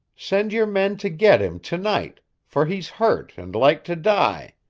send your men to get him to-night, for he's hurt and like to die.